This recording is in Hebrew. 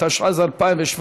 התשע"ז 2017,